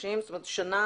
שנה